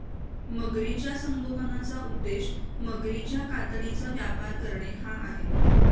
मगरीच्या संगोपनाचा उद्देश मगरीच्या कातडीचा व्यापार करणे हा आहे